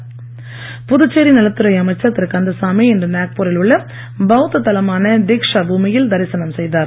கந்தசாமி புதுச்சேரி நலத்துறை அமைச்சர் திரு கந்தசாமி இன்று நாக்பூரில் உள்ள பவுத்த தலமான தீச்ஷா பூமியில் தரிசனம் செய்தார்